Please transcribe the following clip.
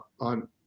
on